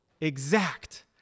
exact